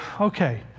okay